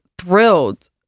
thrilled